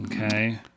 okay